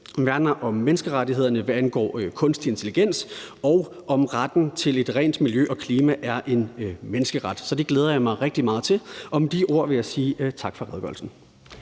vi værner om menneskerettighederne, og det, der angår kunstig intelligens, og hvorvidt retten til et rent miljø og klima er en menneskeret. Så det glæder jeg mig rigtig meget til, og med de ord vil jeg sige tak for redegørelsen.